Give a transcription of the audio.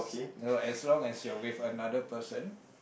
you know as long as you are with another person